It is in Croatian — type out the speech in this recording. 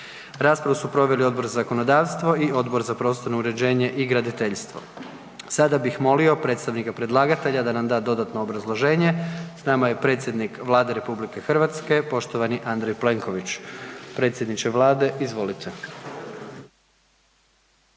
Raspravu su proveli Odbor za zakonodavstvo i Odbor za prostorno uređenje i graditeljstvo. Sada bih molio predstavnika predlagatelja da nam da dodatno obrazloženje. S nama je predsjednik Vlade RH, poštovani Andrej Plenković. Predsjedniče vlade izvolite.